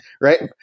right